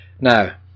now